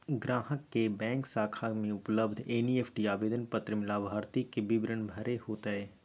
ग्राहक के बैंक शाखा में उपलब्ध एन.ई.एफ.टी आवेदन पत्र में लाभार्थी के विवरण भरे होतय